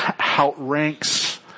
outranks